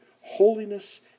holiness